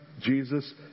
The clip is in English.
Jesus